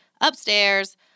upstairs